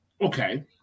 Okay